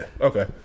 okay